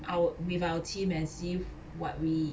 ou~ with our team and see what we